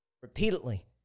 repeatedly